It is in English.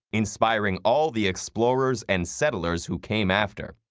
inspiring all the explorers and settlers who came after.